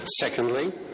Secondly